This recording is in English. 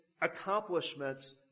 accomplishments